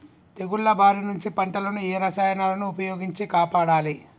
తెగుళ్ల బారి నుంచి పంటలను ఏ రసాయనాలను ఉపయోగించి కాపాడాలి?